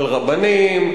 על רבנים,